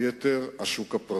והיתר השוק הפרטי.